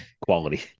quality